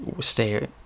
stay